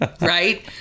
right